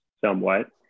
Somewhat